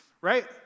right